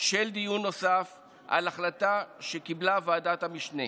דיון נוסף על החלטה שקיבלה ועדת המשנה,